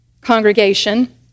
congregation